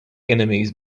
enemies